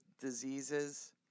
diseases